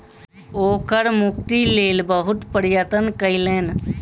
ओ कर मुक्तिक लेल बहुत प्रयत्न कयलैन